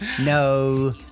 no